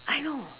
I know